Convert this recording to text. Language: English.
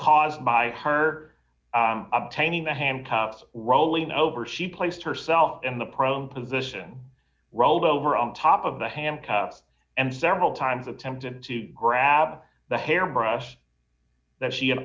caused by her obtaining the handcuffs rolling over she placed herself and the prone position rolled over on top of the handcuffs and several times attempted to grab the hairbrush that she had